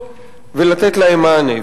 ולתת להם מענה.